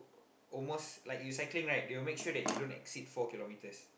almost like you cycling right they will make sure that you don't exceed four kilometres